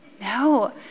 No